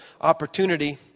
opportunity